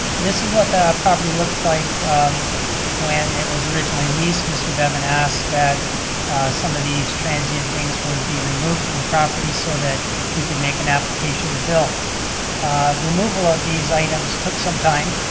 this is what the property looked like when it was originally leased. mr. bevan asked that some of these transient things would be removed from the property so that he could make an application to build. the removal of these items took some time,